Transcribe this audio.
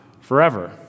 forever